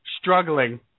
struggling